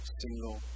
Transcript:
single